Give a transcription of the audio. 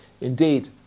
Indeed